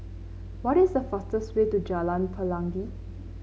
what is the fastest way to Jalan Pelangi